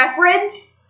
reference